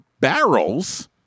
barrels